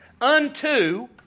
unto